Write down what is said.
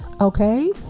okay